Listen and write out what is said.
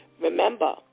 Remember